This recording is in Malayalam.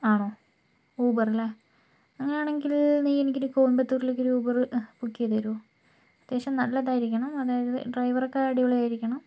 ആണോ ഊബറല്ലേ അങ്ങനെയാണെങ്കിൽ നീ എനിക്കൊരു കോയമ്പത്തൂരിലേക്കൊരു ഊബർ ബുക്ക് ചെയ്ത് തരുവോ അത്യാവശ്യം നല്ലതായിരിക്കണം അതായത് ഡ്രൈവറൊക്കെ അടിപൊളിയായിരിക്കണം